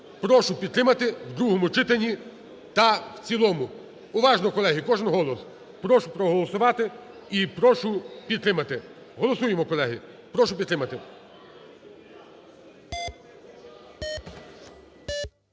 Прошу підтримати в другому читанні та в цілому. Уважно, колеги, кожен голос. Прошу проголосувати і прошу підтримати. Голосуємо, колеги! Прошу підтримати.